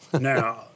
Now